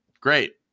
great